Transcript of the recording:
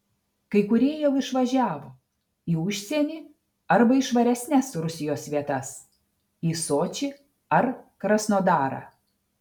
kai kurie jau išvažiavo į užsienį arba į švaresnes rusijos vietas į sočį ar krasnodarą